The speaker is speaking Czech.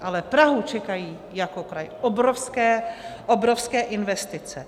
Ale Prahu čekají jako kraj obrovské, obrovské investice.